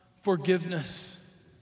forgiveness